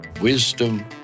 wisdom